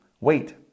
Wait